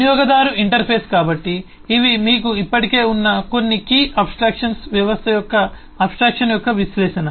వినియోగదారు ఇంటర్ఫేస్ కాబట్టి ఇవి మీకు ఇప్పటికే ఉన్న కొన్ని కీ అబ్ స్ట్రాక్షన్లు వ్యవస్థ యొక్క అబ్ స్ట్రాక్షన్ యొక్క విశ్లేషణ